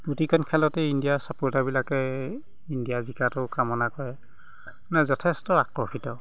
প্ৰতিখন খেলতে ইণ্ডিয়াৰ ছাপৰ্টাৰবিলাকে ইণ্ডিয়া জিকাটো কামনা কৰে মানে যথেষ্ট আকৰ্ষিত